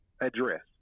address